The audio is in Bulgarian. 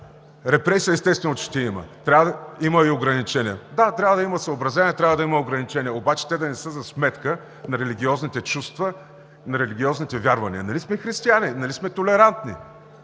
репресии ще има, ще има и ограничения. Да, трябва да има съобразяване, трябва да има ограничения, обаче да не са за сметка на религиозните чувства, на религиозните вярвания. Нали сме християни, нали сме толерантни?!